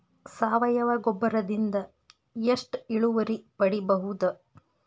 ಸಾವಯವ ಗೊಬ್ಬರದಿಂದ ಎಷ್ಟ ಇಳುವರಿ ಪಡಿಬಹುದ?